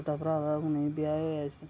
छोटा भ्राऽ ते हूनै ब्याहेया उसी